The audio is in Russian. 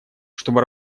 чтобы